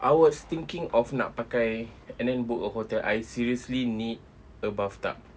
I was thinking of nak pakai and then book a hotel I seriously need a bathtub